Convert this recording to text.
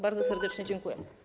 Bardzo serdecznie dziękuję.